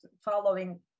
following